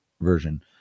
version